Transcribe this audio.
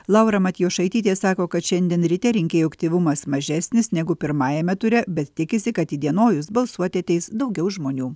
laura matjošaitytė sako kad šiandien ryte rinkėjų aktyvumas mažesnis negu pirmajame ture bet tikisi kad įdienojus balsuoti ateis daugiau žmonių